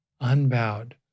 unbowed